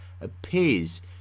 appears